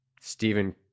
Stephen